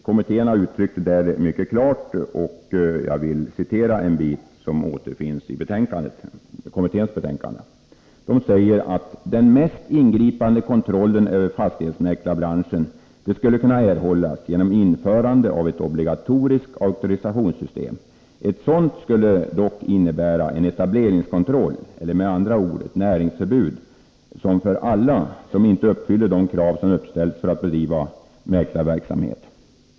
Kommittén har uttryckt detta mycket klart, och jag vill citera ett avsnitt ur kommittébetänkandet som belyser detta. ”Den mest ingripande kontrollen över fastighetsmäklarbranschen skulle kunna erhållas genom införandet av ett obligatoriskt auktorisationssystem. Ett sådant skulle dock innebära en etableringskontroll, eller med andra ord ett näringsförbud för alla som inte uppfyller de krav som uppställs för att få bedriva mäklarverksamhet.